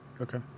Okay